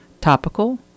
topical